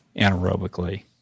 anaerobically